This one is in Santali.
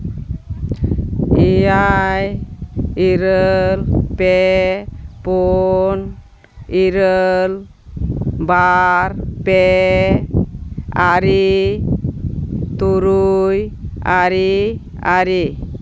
ᱮᱭᱟᱭ ᱤᱨᱟᱹᱞ ᱯᱮ ᱯᱩᱱ ᱤᱨᱟᱹᱞ ᱵᱟᱨ ᱯᱮ ᱟᱨᱮ ᱛᱩᱨᱩᱭ ᱟᱨᱮ ᱟᱨᱮ